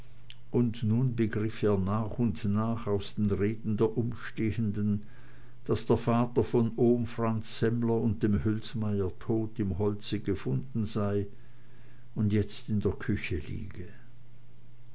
und nun begriff er nach und nach aus den reden der umstehenden daß der vater vom ohm franz semmler und dem hülsmeyer tot im holze gefunden sei und jetzt in der küche liege